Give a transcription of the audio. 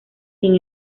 sin